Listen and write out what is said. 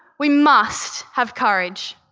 we must have courage.